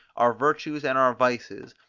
our virtues and our vices,